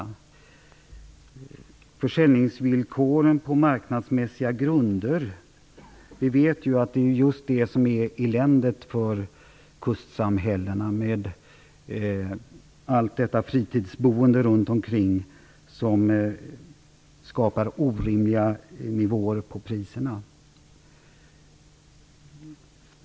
Det talas om försäljningsvillkor på marknadsmässiga grunder. Vi vet att det är just det som ger eländet för kustsamhällena med allt detta fritidsboende runtomkring som skapar orimliga nivåer på priserna.